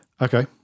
Okay